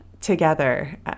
together